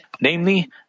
Namely